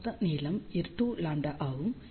மொத்த நீளம் 2λ ஆகும்